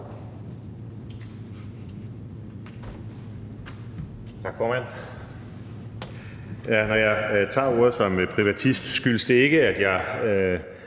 Tak, formand. Når jeg tager ordet som privatist, skyldes det ikke, at jeg